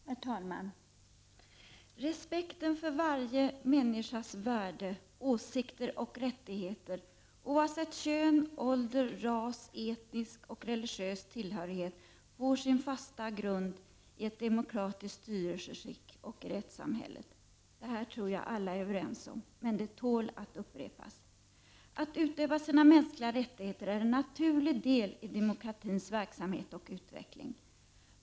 Herr talman! Respekten för varje människas värde, åsikter och rättigheter oavsett kön, ålder, ras, etnisk och religiös tillhörighet får sin fasta grund i ett demokratiskt styrelseskick och i rättssamhället. Detta tror jag alla är överens om, men det tål att upprepas. Att utöva sina mänskliga rättigheter är en naturlig del i demokratins verksamhet och utveckling.